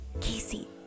casey